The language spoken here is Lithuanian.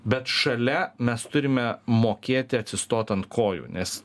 bet šalia mes turime mokėti atsistot ant kojų nes